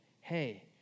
Hey